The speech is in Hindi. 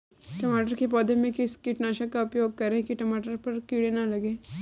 टमाटर के पौधे में किस कीटनाशक का उपयोग करें कि टमाटर पर कीड़े न लगें?